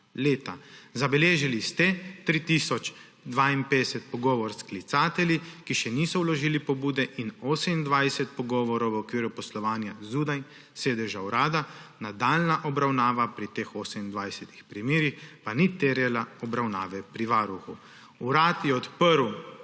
leta. Zabeležili ste 3 tisoč 52 pogovorov s klicatelji, ki še niso vložili pobude, in 28 pogovorov v okviru poslovanja zunaj sedeža urada, nadaljnja obravnava pri teh 28 primerih pa ni terjala obravnave pri Varuhu. Urad je odprl